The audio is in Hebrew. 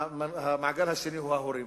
המעגל השני הוא ההורים.